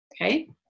Okay